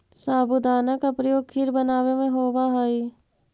साबूदाना का प्रयोग खीर बनावे में होवा हई